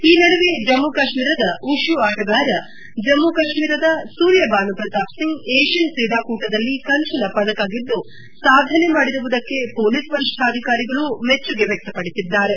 ಈ ನಡುವೆ ಜಮ್ಮ ಕಾಶ್ಮೀರದ ವುಷು ಆಟಗಾರ ಜಮ್ಮ ಕಾಶ್ಮೀರದ ಸೂರ್ಯ ಭಾನು ಪ್ರತಾಸ್ ಸಿಂಗ್ ಏಷ್ಕನ್ ಕ್ರೀಡಾಕೂಟದಲ್ಲಿ ಕಂಚಿನ ಪದಕ ಗೆದ್ದು ಸಾಧನೆ ಮಾಡಿರುವುದಕ್ಕೆ ಮೊಲೀಸ್ ವರಿಷ್ಠಾಧಿಕಾರಿಗಳು ಮೆಚ್ಚುಗೆ ವ್ಯಕ್ತಪಡಿಸಿದ್ದಾರೆ